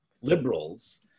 Liberals